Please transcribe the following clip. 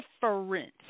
difference